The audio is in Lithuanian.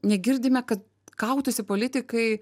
negirdime kad kautųsi politikai